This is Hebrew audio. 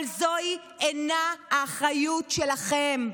אבל זוהי האחריות שלכם.